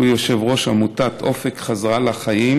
שהוא יושב-ראש עמותת אופק, חזרה לחיים,